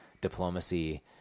diplomacy